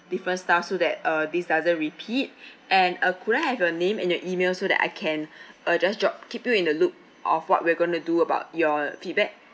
different staff so that uh this doesn't repeat and uh could I have your name and your email so that I can uh just drop keep you in the loop of what we're going to do about your feedback